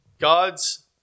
gods